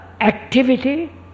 activity